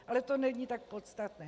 Ale to není tak podstatné.